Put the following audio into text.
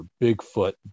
Bigfoot